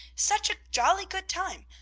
such a jolly good time!